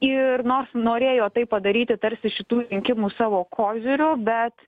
ir nors norėjo tai padaryti tarsi šitų rinkimų savo koziriu bet